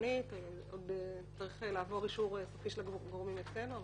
שעקרונית זה צריך לעבור אישור סופי של הגורמים אצלנו,